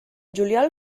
juliol